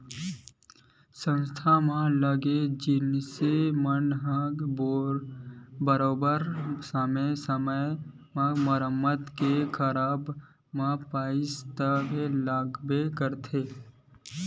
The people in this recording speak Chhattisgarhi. संस्था म लगे जिनिस मन के बरोबर समे समे म मरम्मत के करब म पइसा तो लगबे करथे